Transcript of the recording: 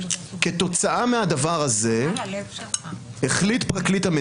כתוצאה מהעובדה שגילינו לראשונה שנה וחצי אחרי פרוץ הפרשה שימוש